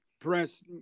press